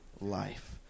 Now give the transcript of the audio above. life